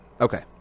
Okay